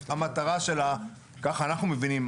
ממה שאנחנו מבינים,